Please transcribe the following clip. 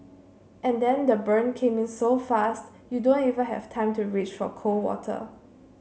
and then the burn came in so fast you don't even have time to reach for cold water